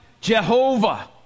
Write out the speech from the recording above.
Jehovah